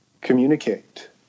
communicate